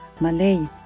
Malay